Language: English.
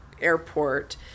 airport